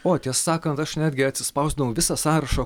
o tiesą sakant aš netgi atsispausdinau visą sąrašą